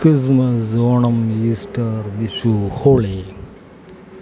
Christmas Onam Easter Vishu holy